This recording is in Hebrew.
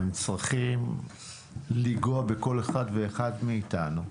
הם צריכים לנגוע בכל אחד ואחד מאיתנו.